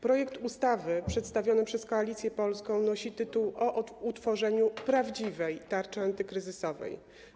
Projekt ustawy przedstawiony przez Koalicję Polską nosi tytuł: o utworzeniu prawdziwej Tarczy antykryzysowej.